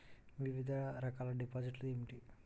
వివిధ రకాల డిపాజిట్లు ఏమిటీ?